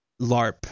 larp